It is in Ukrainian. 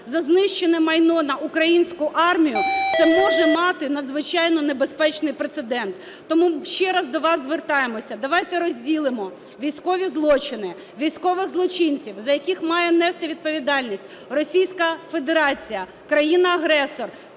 за знищене майно на українську армію, це може мати надзвичайно небезпечний прецедент. Тому ще раз до вас звертаємося, давайте розділимо військові злочини, військових злочинців, за яких має нести відповідальність Російська Федерація, країна-агресор,